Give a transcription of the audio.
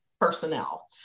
personnel